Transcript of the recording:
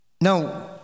No